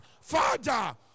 Father